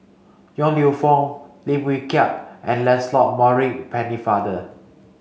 Yong Lew Foong Lim Wee Kiak and Lancelot Maurice Pennefather